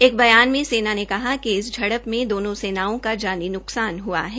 एक बयान ने सेना ने कहा कि इस झड़प में दोनों सेनाओं का जानी न्कसान हआ है